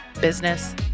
business